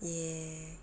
yes